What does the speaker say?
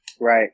Right